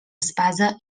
espasa